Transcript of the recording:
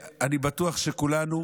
אני בטוח שכולנו